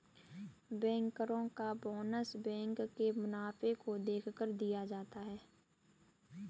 बैंकरो का bonus bank के मुनाफे को देखकर दिया जाता है